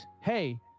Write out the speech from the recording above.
hey